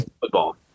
football